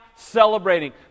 celebrating